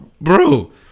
bro